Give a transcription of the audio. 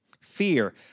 fear